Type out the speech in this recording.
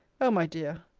o my dear!